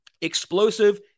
Explosive